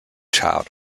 child